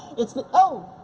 it's the oh,